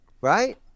right